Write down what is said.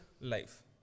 life